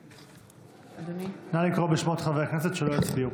נגד נא לקרוא בשמות חברי הכנסת שלא הצביעו.